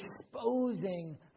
exposing